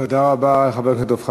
תודה רבה לחבר הכנסת דב חנין.